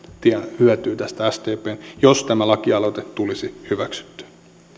hyötyy tästä sdpn esityksestä jos tämä lakialoite tulisi hyväksyttyä